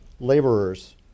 laborers